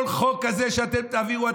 כל חוק כזה שאתם תעבירו,